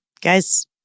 Guys